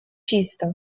чисто